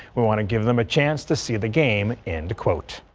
we want to give them a chance to see the game end quote.